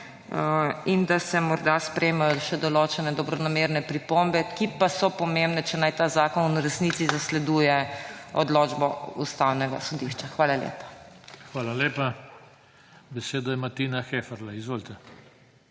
in da se morda sprejmejo še določene dobronamerne pripombe, ki pa so pomembne, če naj ta zakon v resnici zasleduje odločbo Ustavnega sodišča. Hvala lepa. **PODPREDSEDNIK JOŽE TANKO:** Hvala lepa. Besedo ima Tina Heferle. Izvolite.